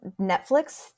Netflix